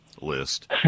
list